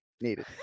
needed